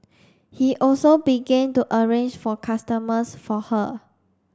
he also began to arrange for customers for her